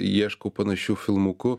ieškau panašių filmukų